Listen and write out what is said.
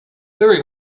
very